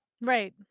right